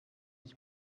ich